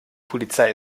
polizei